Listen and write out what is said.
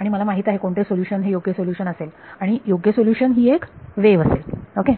आणि मला माहित आहे कोणते सोल्युशन हे योग्य सोल्युशन असेल आणि योग्य सोल्युशन ही एक वेव्ह असेल ओके